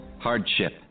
Hardship